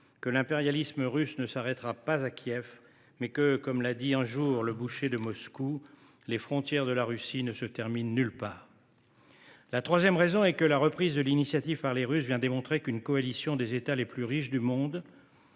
que l’impérialisme russe ne s’arrêtera pas à Kiev, mais que, comme l’a dit un jour le boucher de Moscou, « les frontières de la Russie ne se terminent nulle part ». La troisième raison est que la reprise de l’initiative par les Russes démontre qu’une coalition des États les plus riches du monde